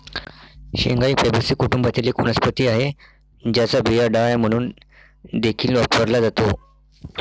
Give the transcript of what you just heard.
शेंगा ही फॅबीसी कुटुंबातील एक वनस्पती आहे, ज्याचा बिया डाळ म्हणून देखील वापरला जातो